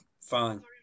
fine